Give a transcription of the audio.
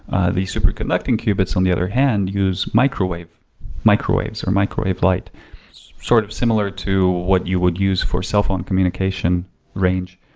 the super connecting qubits on the other hand use microwaves or microwave light sort of similar to what you would use for cellphone communication range,